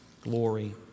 glory